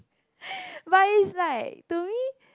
but is like to me